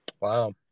Wow